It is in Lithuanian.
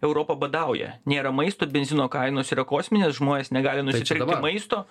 europa badauja nėra maisto benzino kainos yra kosminės žmonės negali nusipirkti maisto